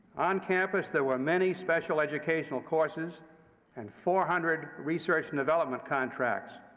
on campus, there were many special educational courses and four hundred research and development contracts.